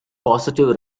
positive